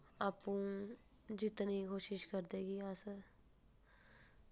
आपूं जित्तने दी कोशश करदे कि अस